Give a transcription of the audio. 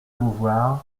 beauvoir